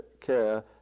care